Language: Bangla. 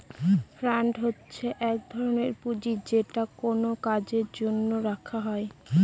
ফান্ড হচ্ছে এক ধরনের পুঁজি যেটা কোনো কাজের জন্য রাখা হয়